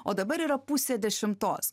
o dabar yra pusė dešimtos